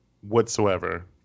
whatsoever